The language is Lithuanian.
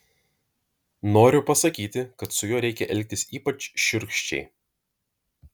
noriu pasakyti kad su juo reikia elgtis ypač šiurkščiai